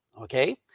okay